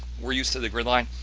we're used to the grid line,